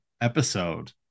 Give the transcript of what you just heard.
episode